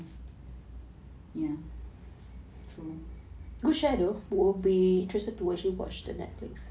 ya true